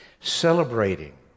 celebrating